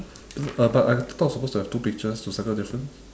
uh but I thought supposed to have two pictures to circle the difference